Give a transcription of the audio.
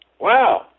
Wow